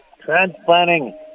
transplanting